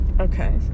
Okay